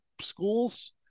schools